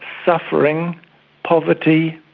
suffering poverty,